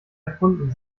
erfunden